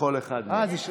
לכל אחד יש.